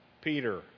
Peter